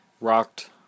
rocked